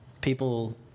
people